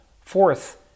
fourth